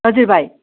हजुर भाइ